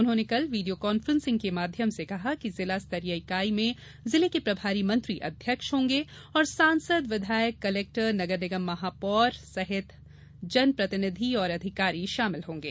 उन्होंने कल video conferencing के माध्यम से कहा कि जिला स्तरीय इकाइ में जिले के प्रभारी मंत्री अध्यक्ष होंगे और सांसद विधायककलेक्टर नगर निगम महापौर सहित जनप्रतिनिधि और अधिकारी शामिल रहेंगे